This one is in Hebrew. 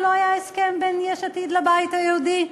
לא היה הסכם בין יש עתיד לבית היהודי?